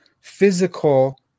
physical